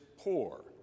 Poor